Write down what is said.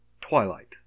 Twilight